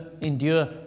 endure